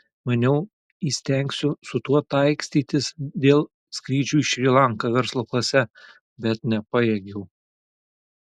maniau įstengsiu su tuo taikstytis dėl skrydžių į šri lanką verslo klase bet nepajėgiau